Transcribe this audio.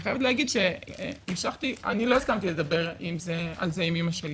אני חייבת להגיד שאני לא הסכמתי לדבר על זה עם אימא שלי